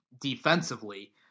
defensively